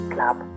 Club